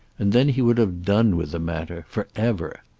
and then he would have done with the matter for ever.